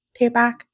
Payback